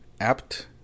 apt